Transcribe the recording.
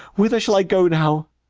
whither shall i go now?